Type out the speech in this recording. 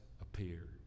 appeared